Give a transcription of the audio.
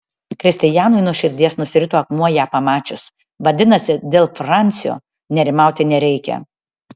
kristijanui nuo širdies nusirito akmuo ją pamačius vadinasi dėl fransio nerimauti nereikia